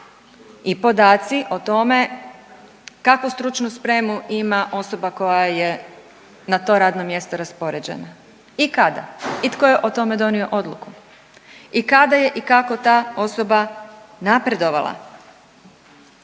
i podaci o tome kakvu stručnu spremu ima osoba koja je na to radno mjesto raspoređena i kada i tko je o tome donio odluku i kada je i kako ta osoba napredovala.